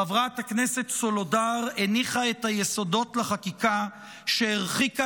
חברת הכנסת סולודר הניחה את היסודות לחקיקה שהרחיקה